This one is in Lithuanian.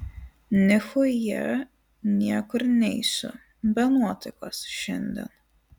nichuja niekur neisiu be nuotaikos šiandien